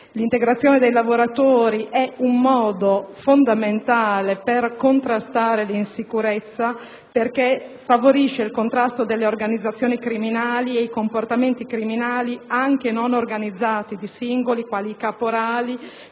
L'integrazione dei lavoratori è una misura fondamentale per contrastare l'insicurezza, perché favorisce il contrasto delle organizzazioni e dei comportamenti criminali anche non organizzati, di singoli (quali i caporali)